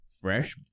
fresh